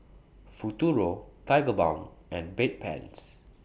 Futuro Tigerbalm and Bedpans